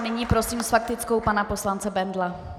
Nyní prosím s faktickou pana poslance Bendla.